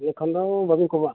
ᱱᱤᱭᱟᱹ ᱠᱷᱚᱱ ᱫᱚ ᱵᱟᱹᱵᱤᱱ ᱠᱚᱢᱟ